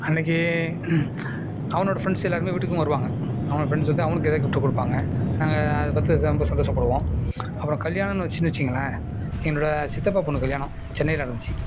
அன்றைக்கி அவனோட ஃப்ரெண்ட்ஸ் எல்லாருமே வீட்டுக்கும் வருவாங்கள் அவனோட ஃப்ரெண்ட்ஸ் வந்து அவனுக்கு ஏதாது கிஃப்ட்டு கொடுப்பாங்க நாங்கள் அதை பார்த்து ரொம்ப சந்தோசப்படுவோம் அப்பறம் கல்யாணம்னு வந்துச்சுன்னு வெச்சுங்களேன் என்னோடய சித்தப்பா பொண்ணு கல்யாணம் சென்னையில் நடந்துச்சு